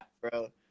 Bro